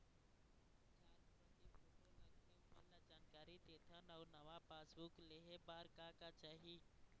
चार प्रति फोटो लगथे ओमन ला जानकारी देथन अऊ नावा पासबुक लेहे बार का का चाही?